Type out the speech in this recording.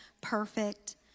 perfect